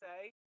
say